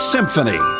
Symphony